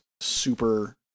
super